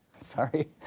Sorry